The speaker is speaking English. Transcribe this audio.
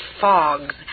fogs